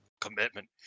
commitment